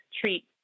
treat